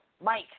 Mike